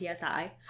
PSI